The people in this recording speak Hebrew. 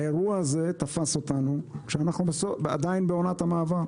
האירוע הזה תפס אותנו כשאנחנו עדיין בעונת המעבר.